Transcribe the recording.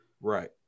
Right